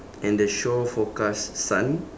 and the shore forecast sun